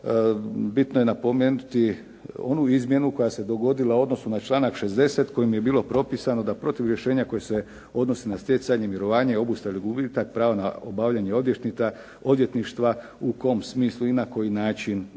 bitno je napomenuti onu izmjenu koja se dogodila u odnosu na članak 60. kojim je bilo propisano da protiv rješenja koje se odnosi na stjecanje mirovanje i obustavu i gubitak prava na odvjetništvo u kom smislu i na koji način